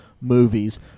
movies